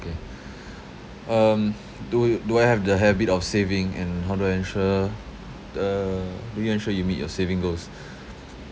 okay um do you do I have the habit of saving and how do I ensure uh do you ensure you meet your saving goals